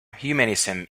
humanism